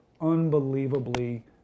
unbelievably